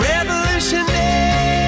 Revolutionary